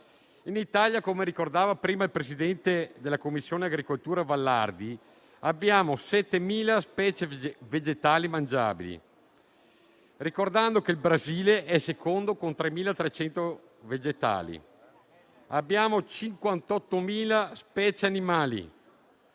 del mondo. Come ricordava prima il presidente della Commissione agricoltura Vallardi, in Italia abbiamo 7.000 specie vegetali mangiabili, ricordando che il Brasile è secondo con 3.300 vegetali. Abbiamo 58.000 specie animali,